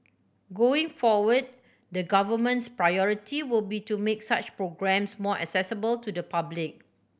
going forward the Government's priority will be to make such programmes more accessible to the public